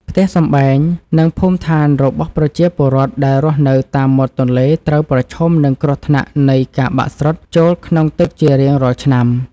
ផ្ទះសម្បែង និង ភូមិដ្ឋានរបស់ប្រជាពលរដ្ឋដែលរស់នៅតាមមាត់ទន្លេត្រូវប្រឈមនឹងគ្រោះថ្នាក់នៃការបាក់ស្រុតចូលក្នុងទឹកជារៀងរាល់ឆ្នាំ។